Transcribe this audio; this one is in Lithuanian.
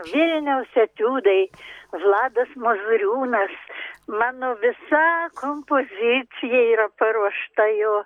vilniaus etiudai vladas mozūriūnas mano visa kompozicija yra paruošta jo